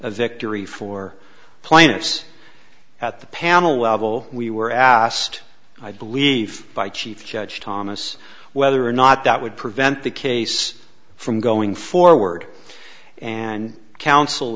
a victory for plaintiffs at the panel level we were asked i believe by chief judge thomas whether or not that would prevent the case from going forward and counsel